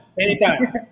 anytime